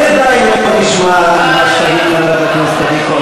איך תדע אם לא תשמע את מה שאומרת חברת הכנסת עדי קול?